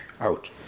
out